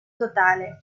totale